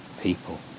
people